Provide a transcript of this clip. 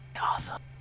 awesome